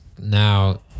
now